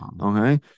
Okay